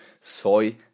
soy